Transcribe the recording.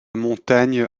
montagne